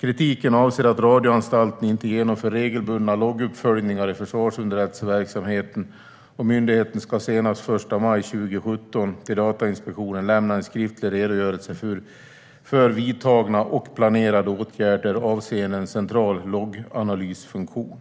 Kritiken avser att radioanstalten inte genomför regelbundna logguppföljningar i försvarsunderrättelseverksamheten, och myndigheten ska senast den 1 maj 2017 till Datainspektionen lämna en skriftlig redogörelse för vidtagna och planerade åtgärder avseende en central logganalysfunktion.